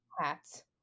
hats